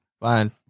Fine